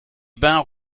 bains